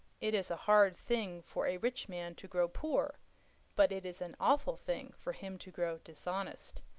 it is a hard thing for a rich man to grow poor but it is an awful thing for him to grow dishonest,